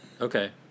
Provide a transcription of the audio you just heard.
okay